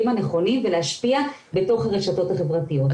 הנכונים ולהשפיע בתוך הרשתות החברתיות.